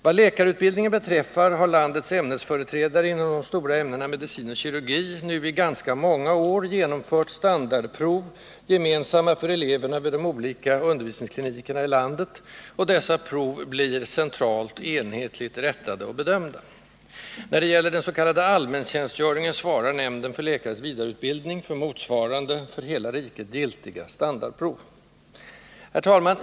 Vad läkarutbildningen beträffar har landets ämnesföreträdare inom de stora ämnena medicin och kirurgi nu i ganska många år genomfört standardprov, gemensamma för eleverna vid de olika undervisningsklinikerna i landet, och dessa prov blir centralt enhetligt rättade och bedömda. När det gäller den s.k. allmäntjänstgöringen svarar nämnden för läkares vidareutbildning för motsvarande, för hela riket giltiga standardprov. Herr talman!